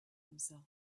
himself